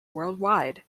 worldwide